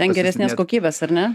ten geresnės kokybės ar ne